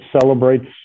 celebrates